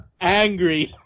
angry